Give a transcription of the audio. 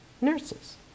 nurses